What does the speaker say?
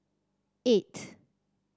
eight